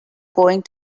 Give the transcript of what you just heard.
going